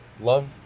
Love